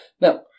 Now